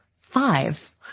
five